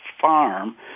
Farm